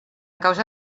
causa